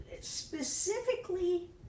specifically